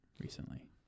recently